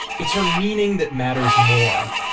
it's her meaning that matters more.